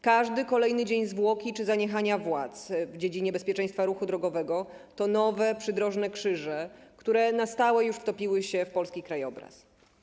Każdy kolejny dzień zwłoki czy zaniechania władz w dziedzinie bezpieczeństwa ruchu drogowego to nowe przydrożne krzyże, które na stałe już wtopiły się w polski krajobraz.